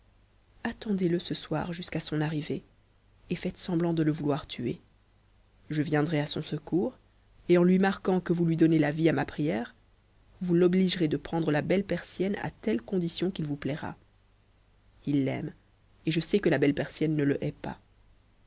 ihendez e ce soir jusqu'à son arrivée et faites semblant de le vouloir m tuer je viendrai h son secours et en lui marquant que vous lui donnez la vie à ma prière vous l'obligerez de prendre la belle persienne à telle condition qu'il vous plaira i l'aime et je sais que la belle persienne ne le m h it pas